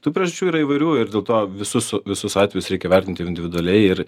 tų priežasčių yra įvairių ir dėl to visus visus atvejus reikia vertinti individualiai ir